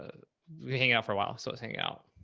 ah we hang out for awhile. so i was hanging out.